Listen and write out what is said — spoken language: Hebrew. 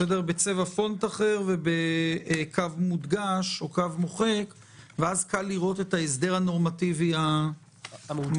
בקו מוחק ובצבע אחר ואז קל לראות את ההסדר הנורמטיבי המעודכן.